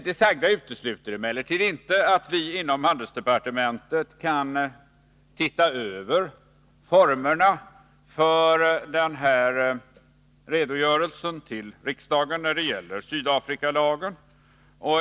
Det sagda utesluter emellertid inte att vi inom handelsdepartementet kan se över formerna för redogörelsen till riksdagen när det gäller Sydafrikalagen.